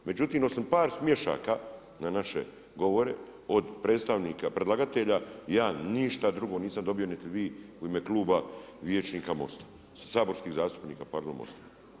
Međutim, osim par smiješaka, na naše govore, od predstavnika, predlagatelja, ja ništa drugo nisam dobio niti vi u ime Kluba, vijećnika Mosta, saborskih zastupnika, pardon, Mosta.